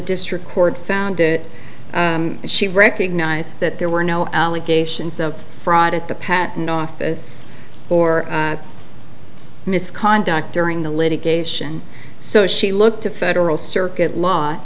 district court found it she recognized that there were no allegations of fraud at the patent office or misconduct during the litigation so she looked to federal circuit law